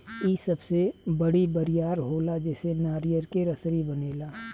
इ सबसे बड़ी बरियार होला जेसे नारियर के रसरी बनेला